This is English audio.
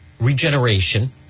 regeneration